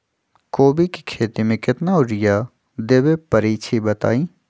कोबी के खेती मे केतना यूरिया देबे परईछी बताई?